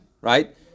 right